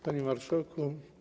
Panie Marszałku!